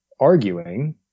arguing